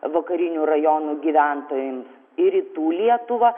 vakarinių rajonų gyventojams į rytų lietuvą